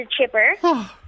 chipper